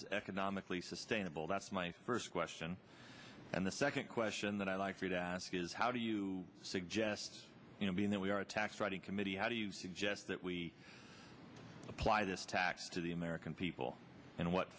is economically sustainable that's my first question and the second question that i'd like you to ask is how do you suggest you know being that we are a tax writing committee how do you suggest that we apply this tax to the american people and what